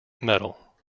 medal